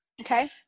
Okay